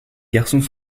garçons